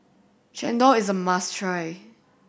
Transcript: chendol is a must try